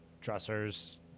dressers